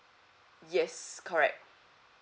yes correct